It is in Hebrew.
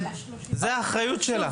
זו האחריות שלה.